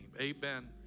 amen